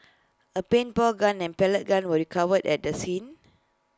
A paintball gun and pellet gun were recovered at the scene